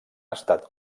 estat